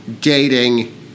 dating